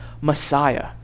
Messiah